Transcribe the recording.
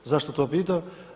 Zašto to pitam?